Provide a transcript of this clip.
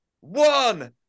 one